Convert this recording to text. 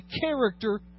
character